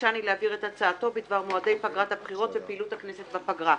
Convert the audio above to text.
ביקשני להעביר את הצעתו בדבר מועדי פגרת הבחירות ופעילות הכנסת בפגרה.